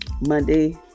Monday